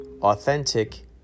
authentic